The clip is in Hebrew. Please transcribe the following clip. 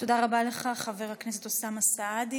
תודה רבה לך, חבר הכנסת אוסאמה סעדי.